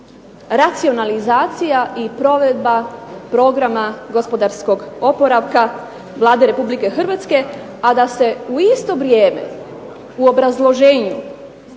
racionalizacija i provedba programa gospodarskog oporavka Vlade Republike Hrvatske, a da se u isto vrijeme u obrazloženju